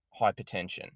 hypertension